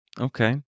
Okay